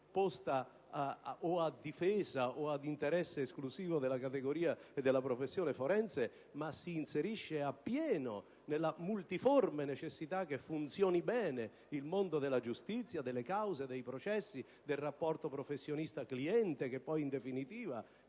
posta a difesa o ad interesse esclusivo della categoria e della professione forense ma si inserisce appieno nella multiforme necessità che funzioni bene il mondo della giustizia, delle cause, dei processi, del rapporto tra professionista e cliente, che poi in definitiva